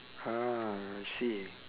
ah I see